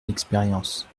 l’expérience